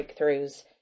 breakthroughs